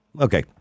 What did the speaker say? Okay